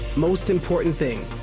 most important thing,